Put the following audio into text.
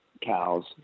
cows